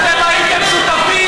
אתם הייתם שותפים,